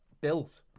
built